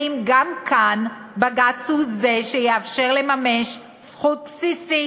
האם גם כאן בג"ץ הוא זה שיאפשר לממש זכות בסיסית